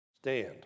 stand